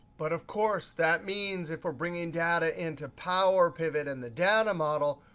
but of course, that means, if we're bringing data into power pivot and the data model,